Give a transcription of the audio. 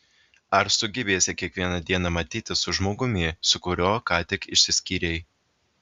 ar sugebėsi kiekvieną dieną matytis su žmogumi su kuriuo ką tik išsiskyrei